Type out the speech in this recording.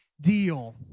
deal